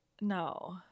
No